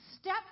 step